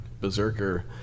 berserker